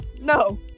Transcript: no